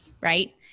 right